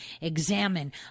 examine